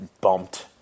bumped